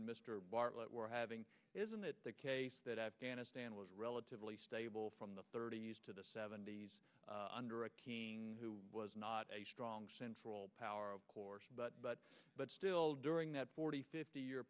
and mr bartlett were having isn't it that afghanistan was relatively stable from the thirty's to the seventy's under a king who was not a strong central power of course but but but still during that forty fifty year